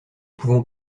pouvons